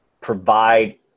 provide